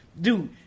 dude